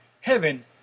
Heaven